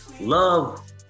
love